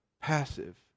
passive